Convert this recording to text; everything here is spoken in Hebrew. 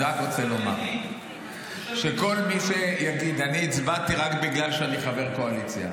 אני רק רוצה לומר שכל מי שיגיד: אני הצבעתי רק בגלל שאני חבר קואליציה,